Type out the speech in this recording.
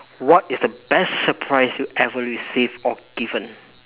what is the best surprise you ever received or given